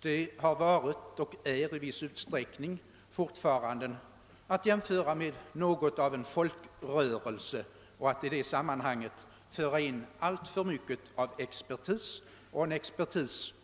Dessa inrättningar har nämligen haft och har i viss utsträckning fortfarande en folkrörelsekaraktär. Att i detta sammanhang föra in alltför mycket av expertis, som man